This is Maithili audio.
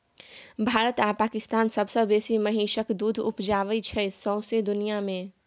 भारत आ पाकिस्तान सबसँ बेसी महिषक दुध उपजाबै छै सौंसे दुनियाँ मे